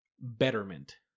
betterment